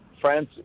France